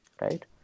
right